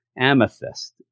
Amethyst